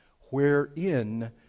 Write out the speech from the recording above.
wherein